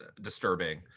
disturbing